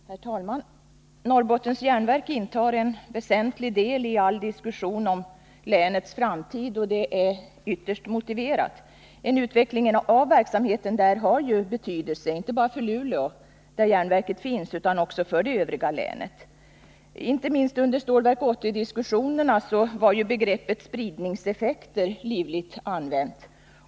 Herr talman! Norrbottens Järnverk intar en väsentlig del i all diskussion om länets framtid, och det är väl motiverat. En utveckling av verksamheten där har nämligen betydelse inte bara för Luleå, där järnverket finns, utan också för det övriga länet. Inte minst under Stålverk 80-diskussionerna var begreppet spridningseffekter livligt använt.